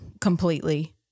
completely